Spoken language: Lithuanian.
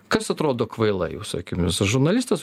kas atrodo kvaila jūsų akimis žurnalistas